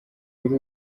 kuri